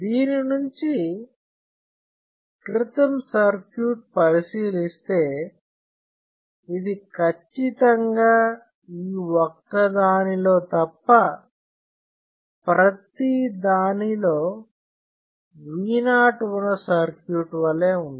దీని నుంచి క్రితం సర్క్యూట్ పరిశీలిస్తే ఇది ఖచ్చితంగా ఈ ఒక్క దానిలో తప్ప ప్రతి దానిలో V0 ఉన్న సర్క్యూట్ వలె ఉంది